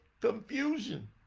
confusion